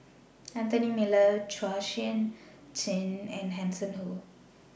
Anthony Miller Chua Sian Chin and Hanson Ho